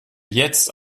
jetzt